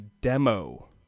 demo